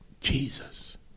Jesus